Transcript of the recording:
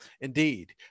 Indeed